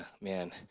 man